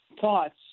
thoughts